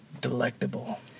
delectable